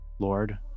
Lord